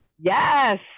Yes